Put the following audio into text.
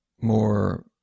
more